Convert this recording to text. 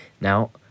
Now